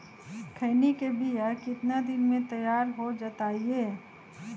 खैनी के बिया कितना दिन मे तैयार हो जताइए?